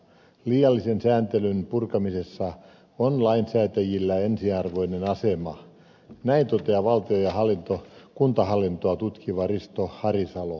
liiallisen sääntelyn purkamisessa on lainsäätäjillä ensiarvoinen asema näin toteaa valtio ja kuntahallintoa tutkiva risto harisalo